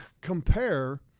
compare